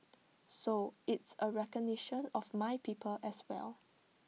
so it's A recognition of my people as well